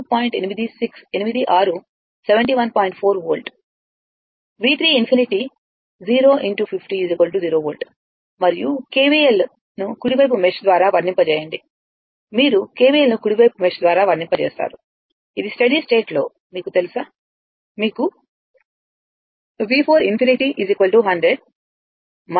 4 volt V3∞ 0 x 50 0 volt మరియు KVL ను కుడి వైపున మెష్ ని వర్తింపజేయండి మీరు KVL ను కుడి వైపు మెష్ ని వర్తింపజేస్తారు ఇది స్టడీ స్టేట్లో మీకు తెలుసా మీకు V4∞ 100 V3∞